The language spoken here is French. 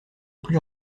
plus